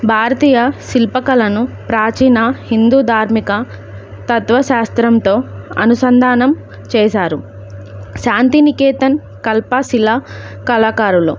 భారతీయ శిల్పకళను ప్రాచీన హిందూధార్మిక తత్వ శాస్త్రంతో అనుసంధానం చేశారు శాంతినికేతన్ శిల్పకళ కళాకారులు